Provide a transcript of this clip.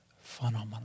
phenomenal